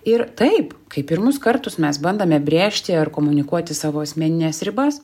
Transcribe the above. ir taip kai pirmus kartus mes bandome brėžti ar komunikuoti savo asmenines ribas